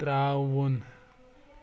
ترٛاوُن